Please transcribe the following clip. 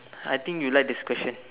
I think you like this question